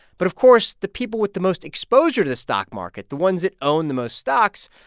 but, of course, the people with the most exposure to the stock market, the ones that own the most stocks,